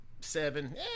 seven